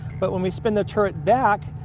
but when we spin the turret back,